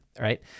right